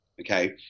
Okay